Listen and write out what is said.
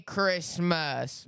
Christmas